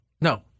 No